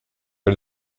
are